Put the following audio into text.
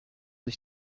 sich